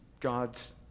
God's